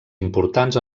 importants